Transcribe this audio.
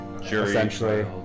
essentially